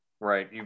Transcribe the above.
Right